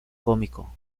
cómico